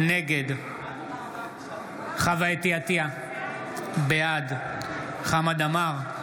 נגד חוה אתי עטייה, בעד חמד עמאר,